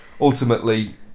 ultimately